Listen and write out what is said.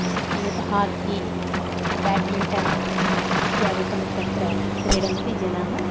अन्यत् hockey badminton इत्यादिकं तत्र क्रीडन्ति जनाः